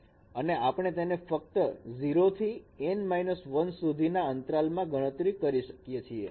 અને આપણે તેને ફક્ત 0 થી N 1 સુધીના અંતરાલમાં ગણતરી કરી શકીએ છીએ